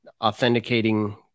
authenticating